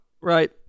right